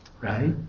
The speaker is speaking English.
Right